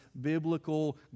biblical